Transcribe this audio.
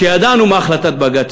כשידענו תהיה מה החלטת בג"ץ,